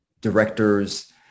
directors